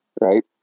right